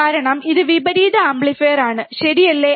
കാരണം ഇത് വിപരീത ആംപ്ലിഫയർ ആണ് ശരിയല്ലേ